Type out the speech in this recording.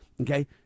okay